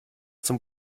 zum